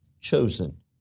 chosen